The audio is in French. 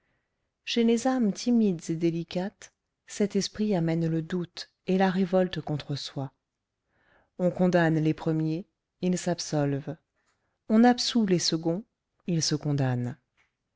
chez les âmes timides et délicates cet esprit amène le doute et la révolte contre soi on condamne les premiers ils s'absolvent on absout les seconds ils se condamnent